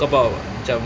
kau faham tak macam